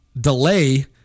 delay